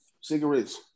Cigarettes